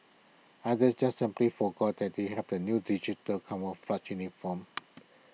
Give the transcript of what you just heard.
others just simply forgot that they have the new digital camouflage uniforms